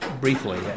Briefly